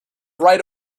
right